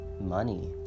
money